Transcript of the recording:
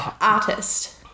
artist